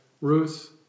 Ruth